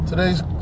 Today's